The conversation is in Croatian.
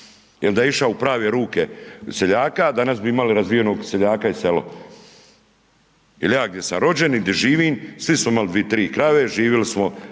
da je išao u prave ruke seljaka, danas bi imali razvijenog seljaka i selo. Jer ja gdje sam rođen i di živim, svi smo imali dvi-tri krave, živili smo,